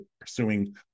pursuing